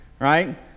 right